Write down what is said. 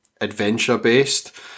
adventure-based